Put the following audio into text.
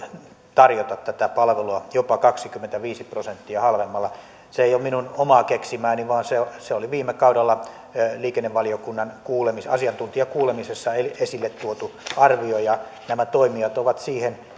tarjota tätä palvelua jopa kaksikymmentäviisi prosenttia halvemmalla se ei ole minun keksimääni vaan se se oli viime kaudella liikennevaliokunnan asiantuntijakuulemisessa esille tuotu arvio ja nämä toimijat ovat siihen